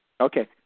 Okay